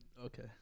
Okay